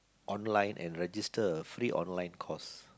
online and register a free online course